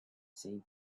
same